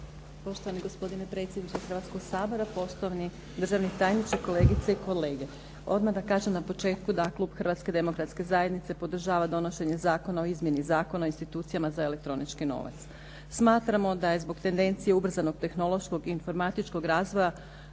Poštovani gospodine predsjedniče Hrvatskog sabora, poštovani državni tajniče, kolegice i kolege. Odmah da kažem na početku da klub Hrvatske demokratske zajednice podržava donošenje Zakona o izmjeni Zakona o institucijama za elektronički novac. Smatramo da je zbog tendencije ubrzanog tehnološkog informatičkog razvoja,